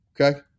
Okay